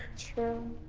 true.